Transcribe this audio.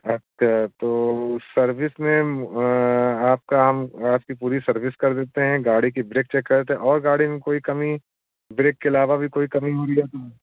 अच्छा तो सर्विस में आपका हम आपकी पूरी सर्विस कर देते हैं गाड़ी की ब्रेक चेक कर देते हैं और गाड़ी में कोई कमी ब्रेक के अलावा भी कोई कमी हो रही है तो